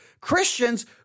Christians